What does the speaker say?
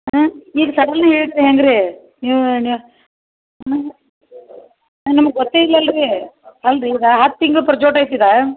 ಹಾಂ ಈಗ ಸಡನ್ಲಿ ಹೇಳಿದ್ರ ಹೆಂಗೆ ರೀ ನೀವ ನೀವು ನನಗೆ ನಮಗೆ ಗೊತ್ತೆ ಇಲ್ಲಲ್ಲ ರೀ ಅಲ್ರಿ ಈಗ ಹತ್ತು ತಿಂಗ್ಳು ಪ್ರಜೋಟ್ ಐತಿ ಇದು